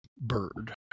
bird